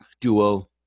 duo